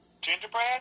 gingerbread